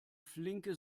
flinke